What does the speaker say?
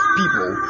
people